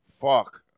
Fuck